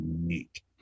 unique